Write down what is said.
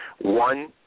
one